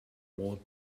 ward